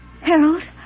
Harold